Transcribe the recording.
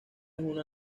una